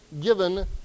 given